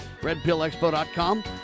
RedPillExpo.com